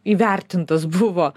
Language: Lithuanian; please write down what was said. įvertintas buvo